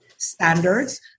standards